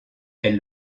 elle